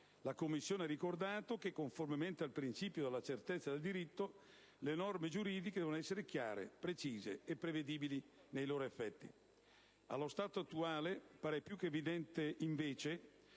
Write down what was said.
la Commissione ha ricordato che, conformemente al principio della certezza del diritto, le norme giuridiche devono essere chiare, precise e prevedibili nei loro effetti. Allo stato attuale pare più che evidente, invece,